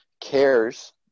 cares